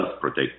protect